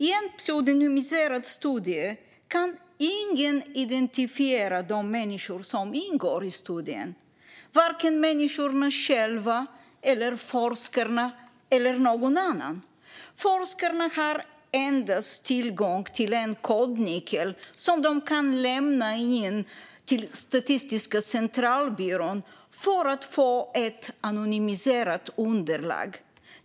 I en pseudonymiserad studie kan ingen identifiera de människor som ingår i studien, varken människorna själva, forskarna eller någon annan. Forskarna har endast tillgång till en kodnyckel som de kan lämna in till Statistiska centralbyrån för att få ett anonymiserat underlag.